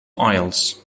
aisles